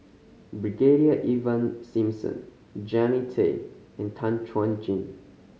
Brigadier Ivan Simson Jannie Tay and Tan Chuan Jin